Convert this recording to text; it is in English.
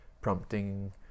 prompting